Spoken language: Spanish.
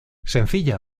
sencilla